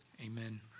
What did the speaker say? Amen